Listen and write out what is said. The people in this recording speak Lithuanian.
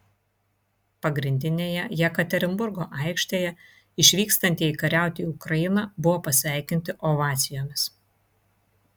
pagrindinėje jekaterinburgo aikštėje išvykstantieji kariauti į ukrainą buvo pasveikinti ovacijomis